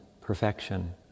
perfection